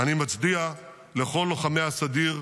אני מצדיע לכל לוחמי הסדיר,